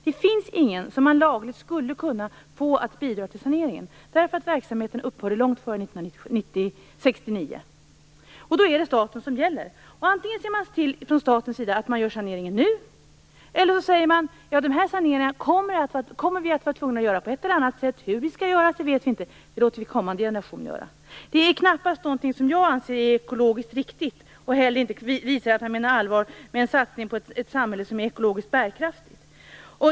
Det finns inte någon som vi lagligt skulle kunna få att bidra till saneringen, därför verksamheten upphörde långt före 1969. Och då är det staten som gäller. Antingen ser man från statens sida till att man gör saneringen nu. Eller också säger man: Den här saneringen kommer vi att vara tvungna att göra på ett eller annat sätt. Hur vi skall göra saneringen vet vi inte. Vi låter därför kommande generationer göra den. Det anser jag knappast vara ekologiskt riktigt. Det visar heller inte att man menar allvar med satsningen på ett ekologiskt bärkraftigt samhälle.